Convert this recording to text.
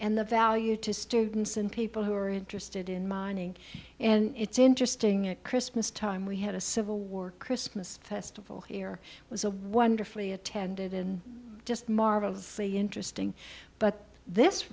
and the value to students and people who are interested in mining and it's interesting at christmas time we had a civil war christmas festival here was a wonderfully attended and just marvel of the interesting but this